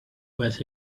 was